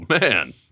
man